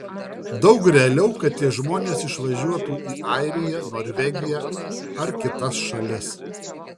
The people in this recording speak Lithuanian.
daug realiau kad tie žmonės išvažiuotų į airiją norvegiją ar kitas šalis